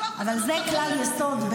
אני אתן לו איזשהו תמריץ,